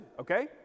Okay